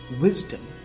wisdom